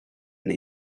and